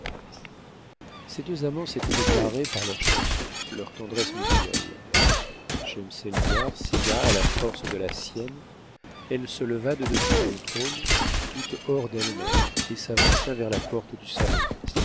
ces deux amants s'étant déclaré par leurs chansons leur tendresse mutuelle schemselnihar céda à la force de la sienne elle se leva de dessus son trône toute hors d'elle-même et s'avança vers a porte du salon